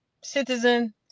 citizen